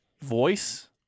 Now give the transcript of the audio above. voice